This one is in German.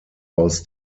aus